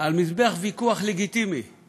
על מזבח ויכוח לגיטימי על